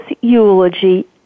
eulogy